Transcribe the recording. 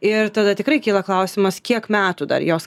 ir tada tikrai kyla klausimas kiek metų dar jos